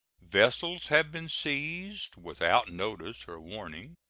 vessels have been seized without notice or warning,